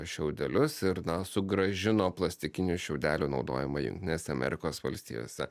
šiaudelius ir na sugrąžino plastikinių šiaudelių naudojimą jungtinėse amerikos valstijose